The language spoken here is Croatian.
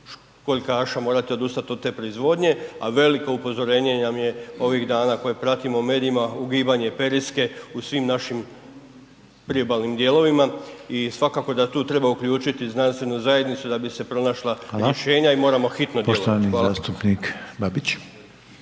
školjkaša morati odustati od te proizvodnje, a veliko upozorenje nam je ovih dana koje pratimo u medijima ugibanje Periske u svim našim priobalnim dijelovima i svakako da tu treba uključiti znanstvenu zajednicu da bi se pronašla rješenja i moramo hitno djelovati.